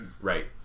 right